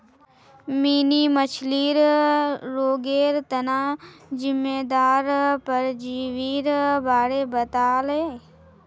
mini मछ्लीर रोगेर तना जिम्मेदार परजीवीर बारे बताले